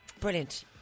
Brilliant